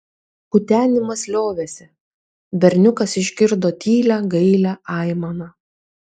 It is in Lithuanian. kutenimas liovėsi berniukas išgirdo tylią gailią aimaną